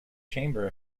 chamber